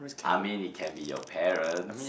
I mean it can be your parents